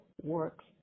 works